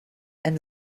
and